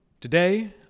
Today